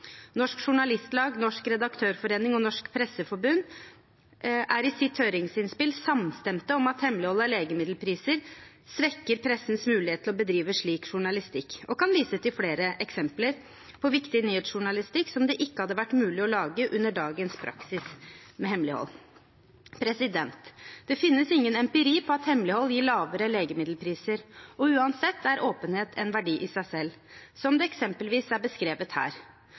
Norsk Journalistlag, Norsk Redaktørforening og Norsk Presseforbund er i sitt høringsinnspill samstemte om at hemmelighold av legemiddelpriser svekker pressens mulighet til å bedrive slik journalistikk og kan vise til flere eksempler på viktig nyhetsjournalistikk som det ikke hadde vært mulig å lage med dagens praksis med hemmelighold. Det finnes ingen empiri på at hemmelighold gir lavere legemiddelpriser. Uansett er åpenhet en verdi i seg selv, som eksempelvis er beskrevet her: